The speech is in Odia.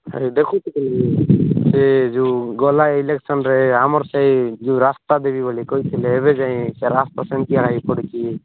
ଆରେ ଦେଖୁଛ ତ ନିଜେ ସେ ଯୋଉ ଗଲା ଇଲେକ୍ସନ୍ରେ ଆମର ସେଇ ଯୋଉ ରାସ୍ତା ଦେବି ବୋଲି କହିଥିଲେ ଏବେ ଯାଏଁ ସେ ରାସ୍ତା ସେମିତିଆ ହୋଇ ପଡ଼ିଛି